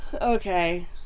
Okay